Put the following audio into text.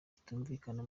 kitumvikana